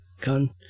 gun